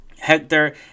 Hector